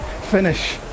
finish